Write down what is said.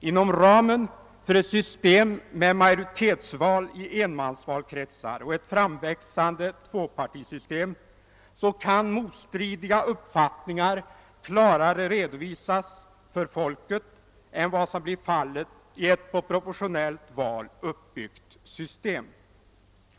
Inom ramen för ett system med majoritetsval i enmansvalkretsar och ett framväxande tvåpartisystem kan motstridiga uppfattningar klarare redovisas för folket än vad som blir fallet i ett på proportionellt val uppbyggt system.